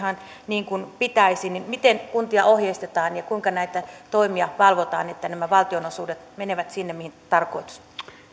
ihan niin kuin pitäisi miten kuntia ohjeistetaan ja kuinka näitä toimia valvotaan että nämä valtionosuudet menevät sinne mihin on tarkoitus